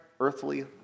earthly